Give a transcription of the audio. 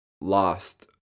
lost